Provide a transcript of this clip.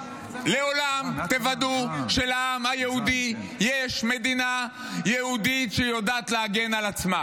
לעולם תוודאו שלעם היהודי יש מדינה יהודית שיודעת להגן על עצמה,